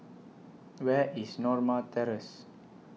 Where IS Norma Terrace